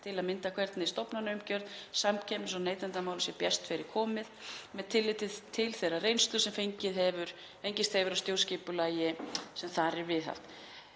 til að mynda hvernig stofnanaumgjörð samkeppnis- og neytendamála sé best fyrir komið með tilliti til þeirrar reynslu sem fengist hefur á stjórnskipulagi sem þar er viðhaft.